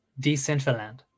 Decentraland